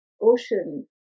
ocean